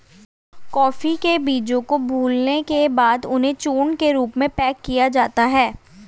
coffee के बीजों को भूलने के बाद उन्हें चूर्ण के रूप में पैक किया जाता है